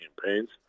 campaigns